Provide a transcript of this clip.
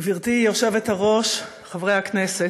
גברתי היושבת-ראש, חברי הכנסת,